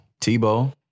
Tebow